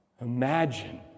imagine